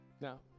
Now